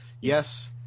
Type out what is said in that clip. yes